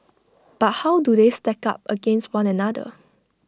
but how do they stack up against one another